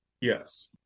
yes